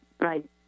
Right